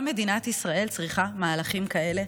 גם מדינת ישראל צריכה מהלכים כאלה,